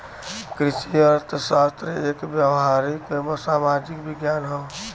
कृषि अर्थशास्त्र एक व्यावहारिक सामाजिक विज्ञान हौ